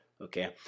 okay